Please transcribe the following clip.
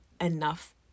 enough